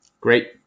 Great